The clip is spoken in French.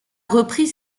repris